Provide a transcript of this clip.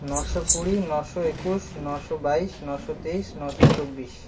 নশো কুড়ি নশো একুশ নশো বাইশ নশো তেইশ নশো চব্বিশ